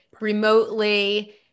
remotely